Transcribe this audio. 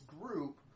group